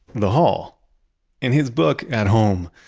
the hall in his book at home,